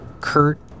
Kurt